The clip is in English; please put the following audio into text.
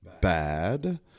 bad